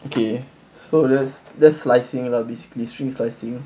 okay so thats slicing lah basically string slicing